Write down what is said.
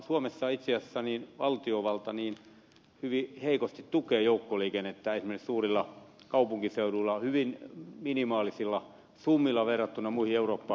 suomessa itse asiassa valtiovalta hyvin heikosti tukee joukkoliikennettä esimerkiksi suurilla kaupunkiseuduilla hyvin minimaalisilla summilla verrattuna muihin eurooppalaisiin kaupunkeihin